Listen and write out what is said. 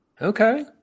okay